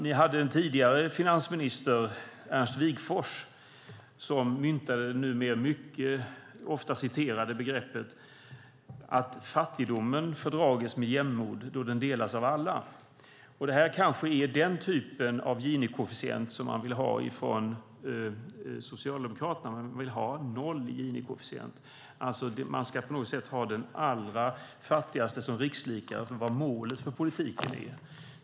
De hade en tidigare finansminister, Ernst Wigforss, som myntade det ofta citerade begreppet att fattigdomen fördrages med jämnmod då den delas av alla. Detta kanske är den typ av Gini-koefficient som man vill ha från Socialdemokraterna. Man vill ha noll i Gini-koefficient. Man ska alltså ha den allra fattigaste som rikslikare för vad målet för politiken är.